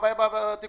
בין